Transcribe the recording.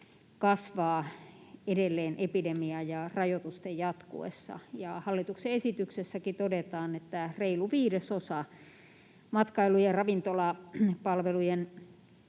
kasvaa edelleen epidemian ja rajoitusten jatkuessa. Hallituksen esityksessäkin todetaan, että reilu viidesosa matkailu- ja ravintolapalvelujen